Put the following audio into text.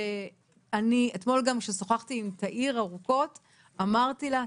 אתמול גם כששוחחתי עם תאיר ארוכות אמרתי לה תשמעי,